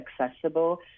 accessible